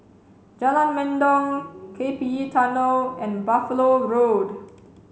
Jalan Mendong K P E Tunnel and Buffalo Road